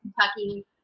Kentucky